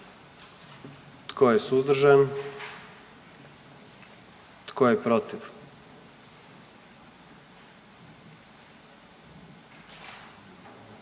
Tko je suzdržan? I tko je protiv?